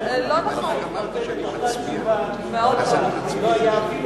לא היה אפילו מקרה אחד חריג.